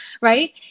right